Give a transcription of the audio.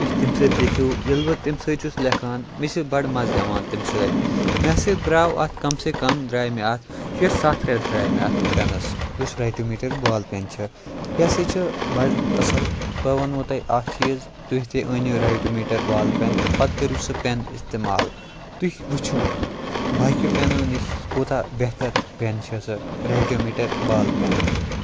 تُہۍ چھِ تمہِ سۭتۍ لیٚکھِو ییٚلہِ بہٕ تمہِ سۭتۍ چھُس لٮ۪کھان مےٚ چھُ بَڑٕ مَزٕ یِوان تمہِ سۭتۍ مےٚ سۭتۍ درٛاو اَتھ کَم سے کَم درٛاے مےٚ اتھ شےٚ ستھ رٮ۪تھ درٛاے مےٚ اَتھ پٮ۪نَس یُس ریٹیو میٖٹَر بال پٮ۪ن چھِ یہِ ہَسا چھِ بَڑٕ اَصٕل بہٕ وَنوٕ تۄہہِ اَکھ چیٖز تُہۍ تُہ أنِو ریٹو میٖٹَر بال پٮ۪ن پَتہٕ کٔرِو سُہ پٮ۪ن استعمال تُہۍ وٕچھِو باقیو پٮ۪نو نِش کوٗتاہ بہتر پٮ۪ن چھِ سُہ ریٹو میٖٹَر بال پٮ۪ن